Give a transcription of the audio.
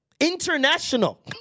International